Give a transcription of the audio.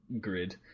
grid